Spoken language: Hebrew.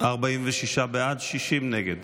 46 בעד, 60 נגד.